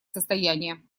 состояние